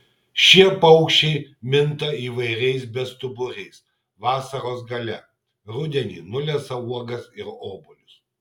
šie paukščiai minta įvairiais bestuburiais vasaros gale rudenį nulesa uogas ir obuolius